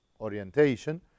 orientation